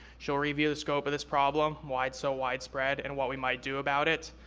she'll review the scope of this problem, why it's so widespread, and what we might do about it.